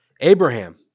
Abraham